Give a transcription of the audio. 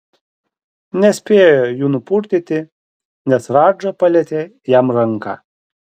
nespėjo jų nupurtyti nes radža palietė jam ranką